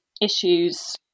issues